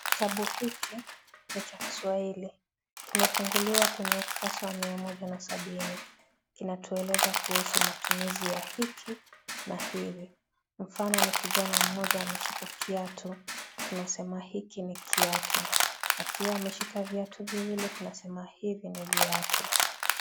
Kitabu hiki ni cha kiswahili. Kimefunguliwa kwenye ukurasa wa mia moja na sabini, kinatueleza kuhusu matumizi ya hiki na hivi , mifano ni kijana moja ameshika kiatu , tunasema hiki ni kiatu, akiwa ameshika viatu viwili tunasema hivi ni viatu.